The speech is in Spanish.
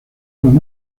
con